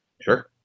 sure